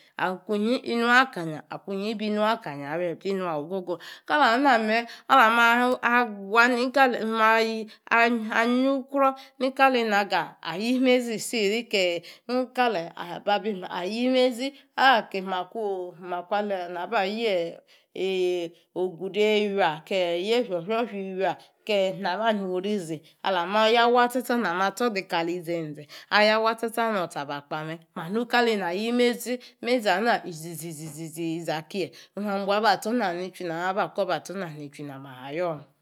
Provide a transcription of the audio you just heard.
Akwinyi inua akanya akwinyi bi nua akanya-ya, eka inua ogogo kalamina me, ahang nyukrwo̱ ni kalaga yimazi isiri ke, nikala ababim ayi mezi, yefia ofiofia iwia ke naba nyorizi alama ya tsa tsa wa nama tsor kalizenze aya watsa tsa nama ya nktsa abakpa me, kaleni ayimezi, mezi ana, iziziza kie onu na mi bua ba tso̱ na nichui kie na ma ba kobe a tsona nichui ma ha yor me.